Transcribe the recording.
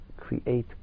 create